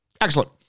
Excellent